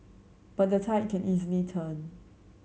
but the tide can easily turn